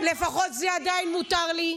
לפחות זה עדיין מותר לי.